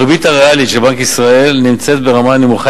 הריבית הריאלית של בנק ישראל היא ברמה נמוכה